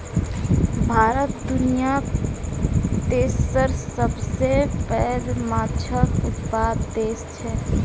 भारत दुनियाक तेसर सबसे पैघ माछक उत्पादक देस छै